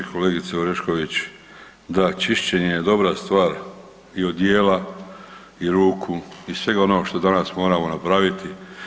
Kolegice Orešković, da čišćenje je dobra stvar i odijela i ruku i svega onoga što danas moramo napraviti.